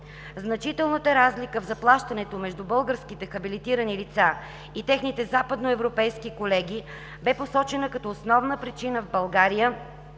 Значителната разлика в заплащането между българските хабилитирани лица и техните западноевропейски колеги бе посочена като основна причина в България